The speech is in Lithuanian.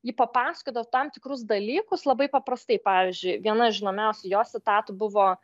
ji papasakodavo tam tikrus dalykus labai paprastai pavyzdžiui viena žinomiausių jos citatų buvo